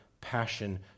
passion